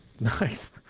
Nice